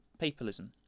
papalism